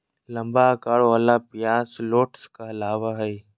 लंबा अकार वला प्याज शलोट्स कहलावय हय